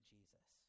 Jesus